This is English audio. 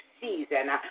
season